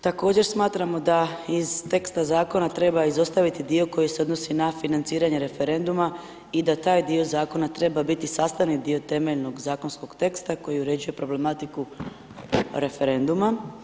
Također smatramo da iz teksta zakona treba izostaviti dio koji se odnosi na financiranje referenduma i da taj dio zakona treba biti sastavni dio temeljnog zakonskog teksta koji uređuje problematiku referenduma.